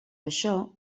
això